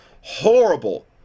horrible